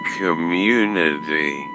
community